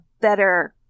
better